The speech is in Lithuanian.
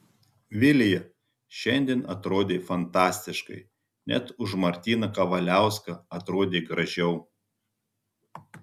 vilija šiandien atrodei fantastiškai net už martyną kavaliauską atrodei gražiau